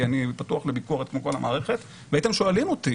אני פתוח לביקורת כמו כל המערכת והייתם שואלים אותי